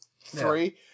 three